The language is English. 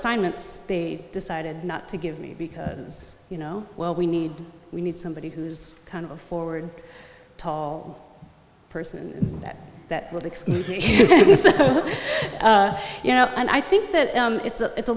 assignments they decided not to give me because you know well we need we need somebody who's kind of a forward tall person that that would exclude me you know and i think that it's a it's a